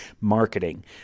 marketing